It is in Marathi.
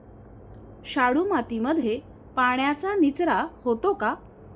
शाडू मातीमध्ये पाण्याचा निचरा होतो का?